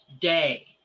day